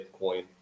Bitcoin